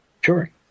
Sure